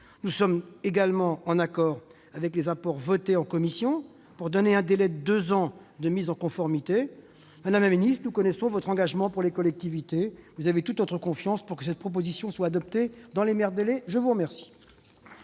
groupe est également en accord avec les apports de la commission, pour donner un délai de deux ans de mise en conformité. Madame la secrétaire d'État, nous connaissons votre engagement pour les collectivités ; vous avez toute notre confiance pour que cette proposition de loi soit adoptée dans les meilleurs délais. La parole